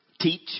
teach